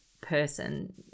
person